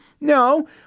No